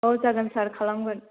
औ जागोन सार खालामगोन